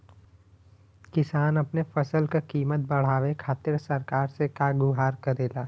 किसान अपने फसल क कीमत बढ़ावे खातिर सरकार से का गुहार करेला?